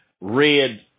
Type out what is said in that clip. red